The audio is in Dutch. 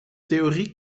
theorie